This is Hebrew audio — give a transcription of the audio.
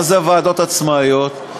מה זה הוועדות העצמאיות?